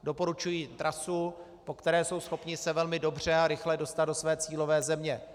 Doporučují jim trasu, po které jsou schopni se velmi dobře a rychle dostat do své cílové země.